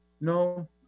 no